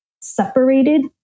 separated